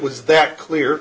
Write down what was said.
was that clear